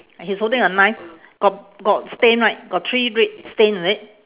he's holding a knife got got stain right got three red stain is it